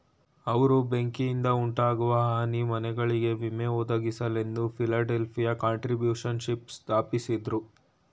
ಅವ್ರು ಬೆಂಕಿಯಿಂದಉಂಟಾಗುವ ಹಾನಿ ಮನೆಗಳಿಗೆ ವಿಮೆ ಒದಗಿಸಲೆಂದು ಫಿಲಡೆಲ್ಫಿಯ ಕಾಂಟ್ರಿಬ್ಯೂಶನ್ಶಿಪ್ ಸ್ಥಾಪಿಸಿದ್ರು